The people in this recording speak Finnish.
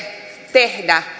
tehdä